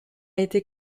été